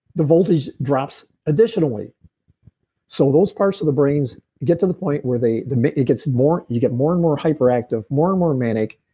the voltage drops additionally so, those parts of the brains get to the point where they. it gets more. you get more and more hyperactive, more and more manic,